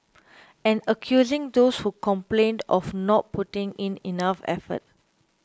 and accusing those who complained of not putting in enough effort